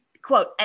Quote